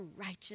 righteous